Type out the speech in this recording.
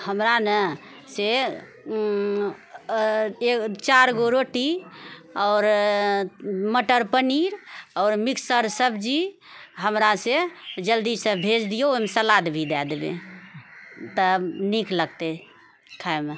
हमरा ने से ओ चारिगो रोटी आओर मटर पनीर आओर मिक्सर सब्जी हमरासे जल्दीसँ भेज दिऔ ओहिमे सलाद भी दऽ देबै तऽ नीक लगतै खाइमे